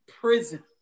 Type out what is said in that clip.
prison